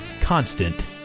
constant